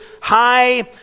high